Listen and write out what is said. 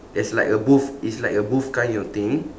there's like a booth it's like a booth kind of thing